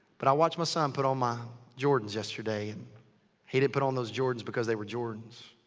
but i watched my son put on my jordans yesterday. and he didn't put on those jordans because they were jordans.